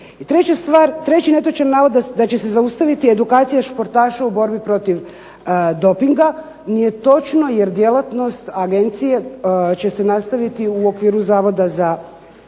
treći netočan navod da će se zaustaviti edukacija športaša u borbi protiv dopinga. Nije točno, jer djelatnost agencije će se nastaviti u okviru Zavoda za